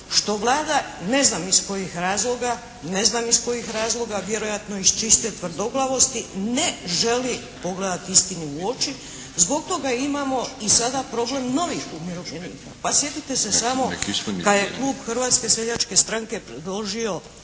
što Vlada, ne znam iz kojih razloga, ne znam iz kojih razloga, vjerojatno iz čiste tvrdoglavosti ne želi pogledati istini u oči. Zbog toga imamo i sada problem novih umirovljenika. Pa sjetite se samo da je Klub Hrvatske seljačke stranke predložio